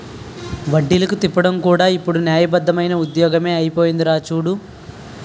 వడ్డీలకి తిప్పడం కూడా ఇప్పుడు న్యాయబద్దమైన ఉద్యోగమే అయిపోందిరా చూడు